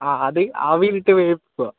ആ അത് ആവിയിലിട്ട് വേവിക്കുക